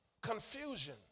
Confusion